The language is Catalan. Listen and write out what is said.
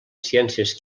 ciències